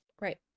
Right